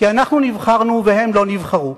כי אנחנו נבחרנו והם לא נבחרו.